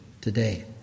today